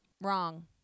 Wrong